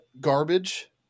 garbage